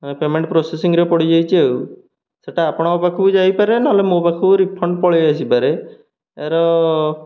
payment ପ୍ରୋସେସିଂରେ ପଡ଼ିଯାଇଛି ଆଉ ସେଟା ଆପଣଙ୍କ ପାଖକୁ ଯାଇପାରେ ନହେଲେ ମୋ ପାଖକୁ ରିଫଣ୍ଡ ପଳେଇଆସିପାରେ ଏହାର